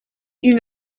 ils